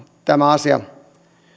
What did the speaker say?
tämä asia